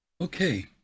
Okay